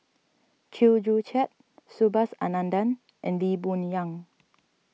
Chew Joo Chiat Subhas Anandan and Lee Boon Yang